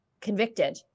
convicted